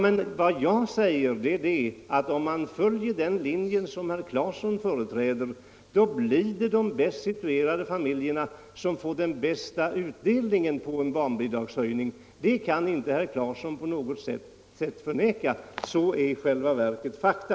Men om man följer den linje som herr Claeson företräder får de bäst situerade familjerna den största utdelningen av en barnbidragshöjning. Det kan inte herr Claeson förneka. Det är fakta.